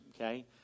okay